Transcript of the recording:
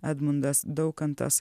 edmundas daukantas